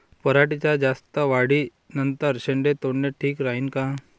पराटीच्या जास्त वाढी नंतर शेंडे तोडनं ठीक राहीन का?